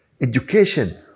education